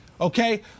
okay